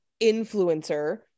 influencer